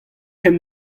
ken